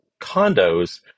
condos